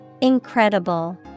Incredible